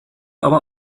aber